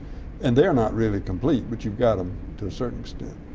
and they're not really complete but you've got them to a certain extent.